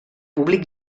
públic